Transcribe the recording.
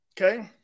Okay